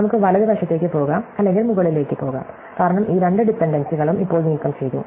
നമുക്ക് വലതുവശത്തേക്ക് പോകാം അല്ലെങ്കിൽ മുകളിലേക്ക് പോകാം കാരണം ഈ രണ്ട് ഡിപൻഡൻസികളും ഇപ്പോൾ നീക്കംചെയ്തു